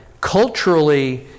culturally